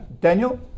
Daniel